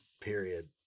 Period